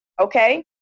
okay